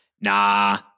Nah